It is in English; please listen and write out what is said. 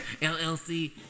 LLC